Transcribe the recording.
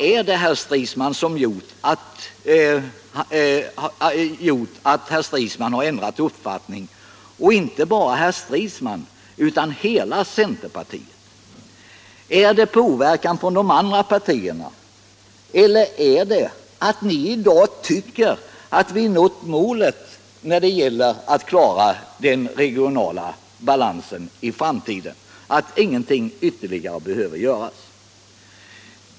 Vad är det nu som gjort att herr Stridsman har ändrat upp fattning? Och inte bara herr Stridsman, utan hela centerpartiet! Är det påverkan från de andra borgerliga partierna, eller beror det på att ni i dag tycker att vi nått målet att klara den regionala balansen i framtiden, så att ingenting ytterligare behöver göras?